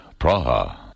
Praha